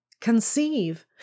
Conceive